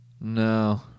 no